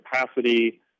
capacity